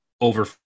over